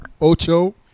Ocho